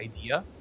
idea